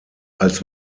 als